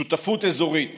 שותפות אזורית